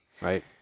Right